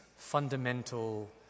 fundamental